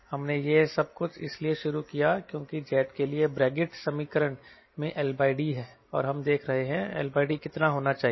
हमने यह सब कुछ इसलिए शुरू किया क्योंकि जेट के लिए ब्रेग्जिट समीकरण में LD है और हम देख रहे हैं LD कितना होना चाहिए